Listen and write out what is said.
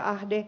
ahde